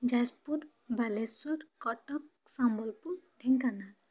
Jajpur Baleswar Cuttack Sambalpur Dhenkanal